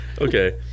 Okay